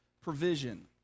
provision